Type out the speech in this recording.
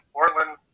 Portland